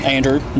Andrew